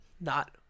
not-